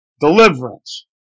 Deliverance